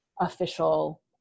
official